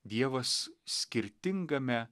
dievas skirtingame